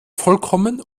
vollkommen